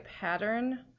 pattern